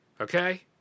Okay